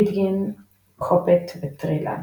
Pidgin וטריליאן.